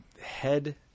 head